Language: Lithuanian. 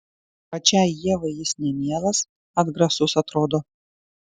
pačiai ievai jis nemielas atgrasus atrodo